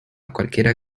cualquiera